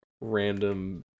Random